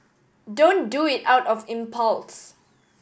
don't do it out of impulse